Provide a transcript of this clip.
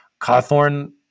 Cawthorn